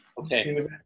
Okay